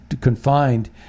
confined